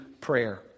prayer